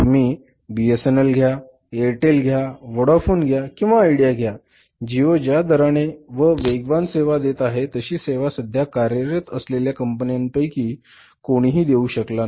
तुम्ही बीएसएनएल घ्या एअरटेल घ्या वोडाफोन घ्या किंवा आयडिया घ्या जिओ ज्या दराने व वेगवान सेवा देत आहे तशी सेवा सध्या कार्यरत असलेल्या कंपन्यांपैकी कोणीही देऊ शकले नाही